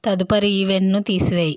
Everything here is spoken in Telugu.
తదుపరి ఈవెంట్ను తీసివేయి